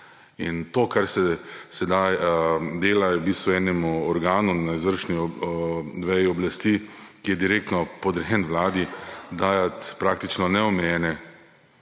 In to, kar se sedaj dela, da se v bistvu enemu organu na izvršni veji oblasti, ki je direktno podrejen Vladi, daje praktično neomejene